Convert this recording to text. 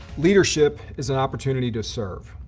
leadership is an opportunity to serve.